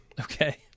Okay